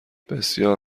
بسیار